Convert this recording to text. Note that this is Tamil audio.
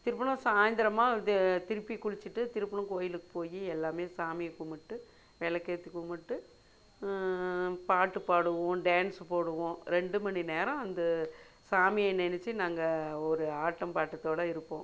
திரும்ப சாயந்தரமா திருப்பி குளித்துட்டு திருப்பியும் கோயிலுக்கு போய் எல்லாமே சாமியை கும்பிட்டு விளக்கேத்தி கும்பிட்டு பாட்டு பாடுவோம் டேன்ஸ் போடுவோம் ரெண்டு மணி நேரம் அந்த சாமியை நெனச்சு நாங்கள் ஒரு ஆட்டம் பாட்டத்தோடு இருப்போம்